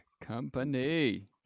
Company